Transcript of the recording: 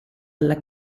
alla